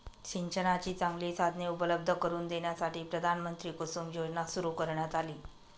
सिंचनाची चांगली साधने उपलब्ध करून देण्यासाठी प्रधानमंत्री कुसुम योजना सुरू करण्यात आली